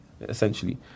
essentially